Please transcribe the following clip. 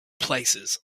places